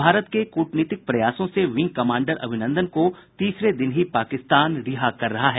भारत के कूटनीतिक प्रयासों से विंग कमांडर अभिनंदन को तीसरे दिन ही पाकिस्तान रिहा कर रहा है